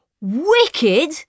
Wicked